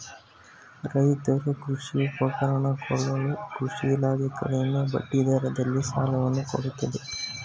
ರೈತರು ಕೃಷಿ ಉಪಕರಣ ಕೊಳ್ಳಲು ಕೃಷಿ ಇಲಾಖೆ ಕಡಿಮೆ ಬಡ್ಡಿ ದರದಲ್ಲಿ ಸಾಲವನ್ನು ಕೊಡುತ್ತದೆ